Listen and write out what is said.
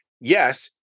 yes